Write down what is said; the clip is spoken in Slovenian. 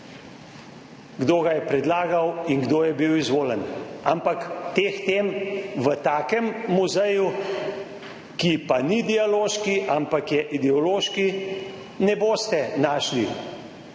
kdo ga je predlagal in kdo je bil izvoljen. Ampak teh tem v takem muzeju, ki pa ni dialoški, ampak je ideološki, ne boste našli.